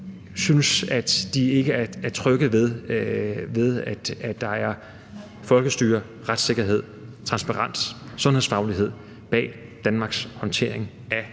synes, at de ikke er trygge ved, at der er folkestyre, retssikkerhed, transparens, sundhedsfaglighed bag Danmarks håndtering af